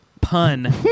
pun